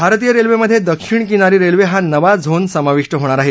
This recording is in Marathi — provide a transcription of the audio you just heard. भारतीय रेल्वेमध्ये दक्षिण किनारी रेल्वे हा नवा झोन समाविष्ट होणार आहे